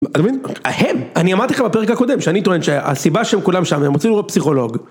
ההם, אני אמרתי לך בפרק הקודם שאני טוען שהסיבה שהם כולם שם הם רוצים לראות פסיכולוג.